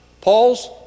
Paul's